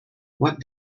what